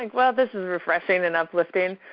ah ah this is refreshing and uplifting.